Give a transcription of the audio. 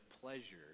pleasure